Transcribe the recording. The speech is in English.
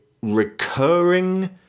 recurring